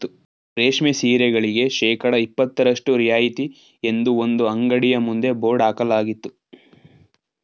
ರೇಷ್ಮೆ ಸೀರೆಗಳಿಗೆ ಶೇಕಡಾ ಇಪತ್ತರಷ್ಟು ರಿಯಾಯಿತಿ ಎಂದು ಒಂದು ಅಂಗಡಿಯ ಮುಂದೆ ಬೋರ್ಡ್ ಹಾಕಲಾಗಿತ್ತು